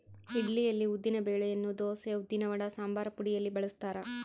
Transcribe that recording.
ಇಡ್ಲಿಯಲ್ಲಿ ಉದ್ದಿನ ಬೆಳೆಯನ್ನು ದೋಸೆ, ಉದ್ದಿನವಡ, ಸಂಬಾರಪುಡಿಯಲ್ಲಿ ಬಳಸ್ತಾರ